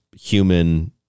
human